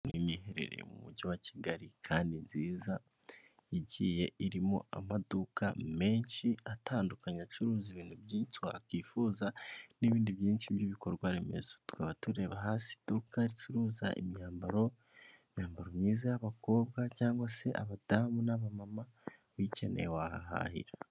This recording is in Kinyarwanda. Nini iherereye mu mujyi wa Kigali kandi nziza, igiye irimo amaduka menshi atandukanye, acuruza ibintu byinshi wakifuza, n'ibindi byinshi by'ibikorwa remezo, tukaba tureba hasi iduka ricuruza imyambaro, imyambaro myiza y'abakobwa, cyangwa se abadamu n'aba mama, uyikeneye wahahahira.